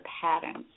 patterns